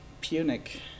Punic